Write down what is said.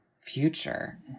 future